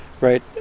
right